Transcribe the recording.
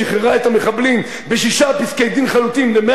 ששחררה את המחבלים בשישה פסקי-דין חלוטים ל-100